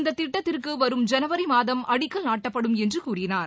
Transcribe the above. இந்த திட்டத்திற்கு வரும் ஜனவரி மாதம் அடிக்கல் நாட்டப்படும் என்று கூறினார்